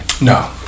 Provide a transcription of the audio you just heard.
No